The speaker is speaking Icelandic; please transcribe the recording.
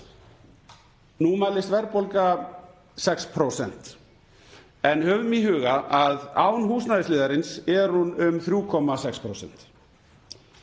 Nú mælist verðbólga 6%, en höfum í huga að án húsnæðisliðarins er hún um 3,6%.